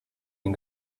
den